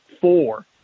four